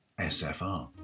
SFR